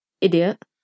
Idiot